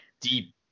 deep